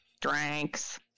Drinks